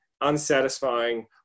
unsatisfying